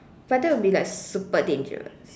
but that would be like super dangerous